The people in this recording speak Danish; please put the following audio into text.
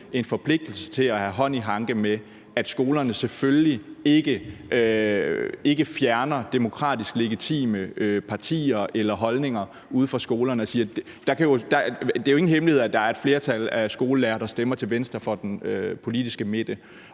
en forpligtelse til at have hånd i hanke med, at skolerne selvfølgelig ikke fjerner demokratisk legitime partier eller holdninger ude fra skolerne. Det er jo ingen hemmelighed, at der er et flertal af skolelærere, der stemmer til venstre for den politiske midte.